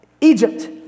egypt